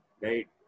right